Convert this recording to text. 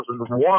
2001